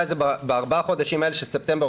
הזה בארבעה חודשים האלה של ספטמבר,